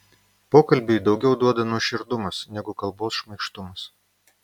pokalbiui daugiau duoda nuoširdumas negu kalbos šmaikštumas